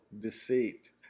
deceit